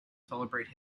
celebrate